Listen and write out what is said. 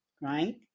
right